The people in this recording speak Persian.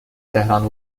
تهران